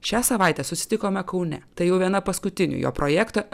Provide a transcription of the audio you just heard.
šią savaitę susitikome kaune tai jau viena paskutinių jo projekto